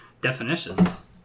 definitions